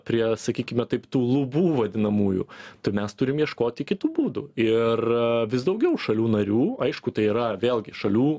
prie sakykime taip tų lubų vadinamųjų tai mes turim ieškoti kitų būdų ir vis daugiau šalių narių aišku tai yra vėlgi šalių